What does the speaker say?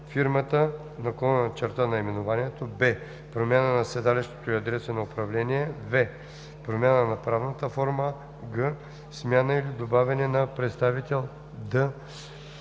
промяна на фирмата/наименованието; б) промяна на седалището и адреса на управление; в) промяна на правната форма; г) смяна или добавяне на представител; д)